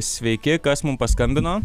sveiki kas mum paskambino